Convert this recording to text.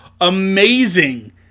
amazing